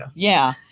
yeah yeah.